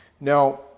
Now